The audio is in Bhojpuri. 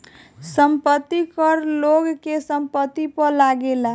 संपत्ति कर लोग के संपत्ति पअ लागेला